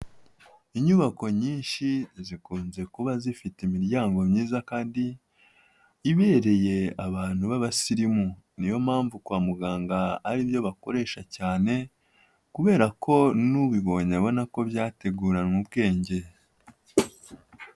Inyubako nyinshi zikunze kuba zifite imiryango myiza kandi ibereye abantu b'abasirimu, niyo mpamvu kwa muganga ari byo bakoresha cyane kubera ko n'ubibonye abona ko byateguranywe ubwenge.